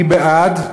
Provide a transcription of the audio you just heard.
אני בעד,